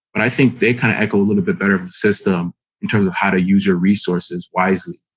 i think they kind of echo a little bit better system in terms of how to use your resources wisely.